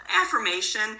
affirmation